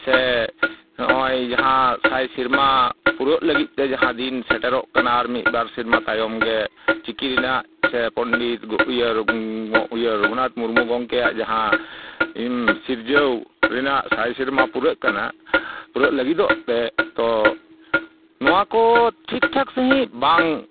ᱥᱮ ᱱᱚᱜᱼᱚᱭ ᱡᱟᱦᱟᱸ ᱥᱟᱭ ᱥᱮᱨᱢᱟ ᱯᱩᱨᱟᱹᱜ ᱞᱟᱹᱜᱤᱫ ᱛᱮ ᱡᱟᱦᱟᱸᱫᱤᱱ ᱥᱮᱴᱮᱨᱚᱜ ᱠᱟᱱᱟ ᱟᱨ ᱢᱤᱫ ᱵᱟᱨ ᱥᱮᱨᱢᱟ ᱛᱟᱭᱚᱢ ᱜᱮ ᱪᱤᱠᱤ ᱨᱮᱱᱟᱜ ᱥᱮ ᱯᱚᱱᱰᱤᱛ ᱤᱭᱟᱹ ᱨᱚᱜᱷᱩᱱᱟᱛᱷ ᱢᱩᱨᱢᱩ ᱜᱚᱢᱠᱮᱭᱟᱜ ᱡᱟᱦᱟᱸ ᱥᱤᱨᱡᱟᱹᱣ ᱨᱮᱱᱟᱜ ᱥᱟᱭ ᱥᱮᱨᱢᱟ ᱯᱩᱨᱟᱹᱜ ᱠᱟᱱᱟ ᱯᱩᱨᱟᱹᱜ ᱞᱟᱹᱜᱤᱫᱚᱜ ᱛᱮ ᱛᱚ ᱱᱚᱣᱟ ᱠᱚ ᱴᱷᱤᱠ ᱴᱷᱟᱠ ᱥᱟᱺᱦᱤᱡ ᱵᱟᱝ